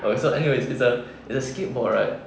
I was so anyway it's a it's a skateboard right